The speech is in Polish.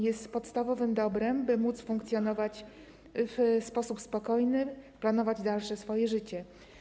Jest podstawowym dobrem, by móc funkcjonować w sposób spokojny, planować swoje dalsze życie.